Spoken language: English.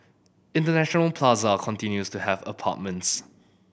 International Plaza continues to have apartments